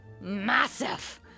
massive